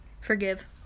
forgive